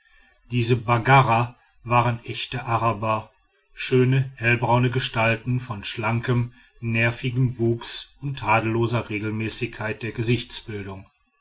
diese baggara waren echte araber schöne hellbraune gestalten von schlankem nervigem wuchs und tadelloser regelmäßigkeit der